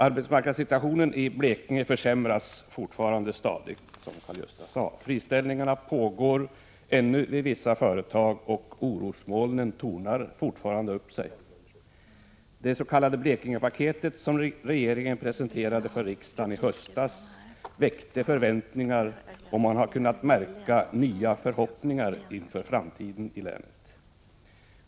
Arbetsmarknadssituationen i Blekinge försämras fortfarande stadigt, som Karl-Gösta Svenson sade. Friställningar pågår ännu vid vissa företag, och orosmolnen tornar upp sig. Det s.k. Blekingepaketet, som regeringen presenterade för riksdagen i höstas, väckte förväntningar, och man har kunnat märka förhoppningar inför framtiden i länet.